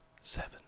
Seven